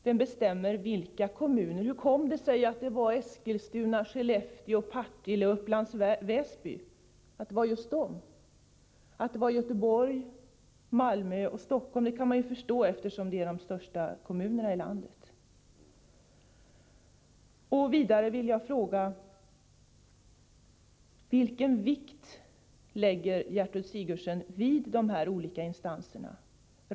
Vem bestämmer vilka kommuner som skall komma i fråga? Hur kom det sig att just Eskilstuna, Skellefteå, Partille och Upplands Väsby valdes ut? Att Göteborg, Malmö och Stockholm kom i fråga kan man förstå, eftersom de är de största kommunerna i landet. För det andra vill jag fråga: Vilken vikt lägger Gertrud Sigurdsen vid de olika instanserna?